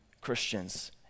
Christians